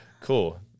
Cool